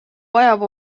vajab